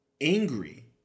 angry